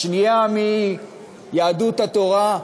השני מיהדות התורה,